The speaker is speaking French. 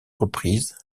reprises